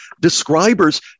describers